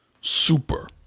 Super